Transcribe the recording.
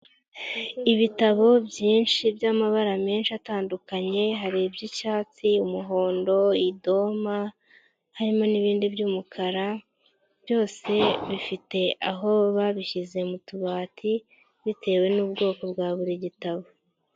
Ibitabo byinshi by'amabara menshi atandukanye har iby'icyatsi, umuhondo, idoma harimo n'ibindi by'umukara, byose bifite aho babishyize mu tubati bitewe n'ubwoko bwa buri gitabo.